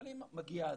אבל אם מגיע אדם,